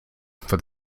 for